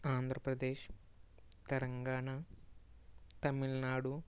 Andhra Pradesh Telangana Tamil Nadu